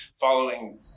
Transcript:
following